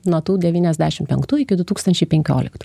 nuo tų devyniasdešimt penktų iki du tūkstančiai penkioliktų